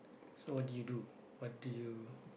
so what did you do what did you